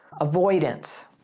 avoidance